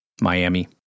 Miami